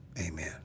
amen